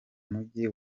mujyi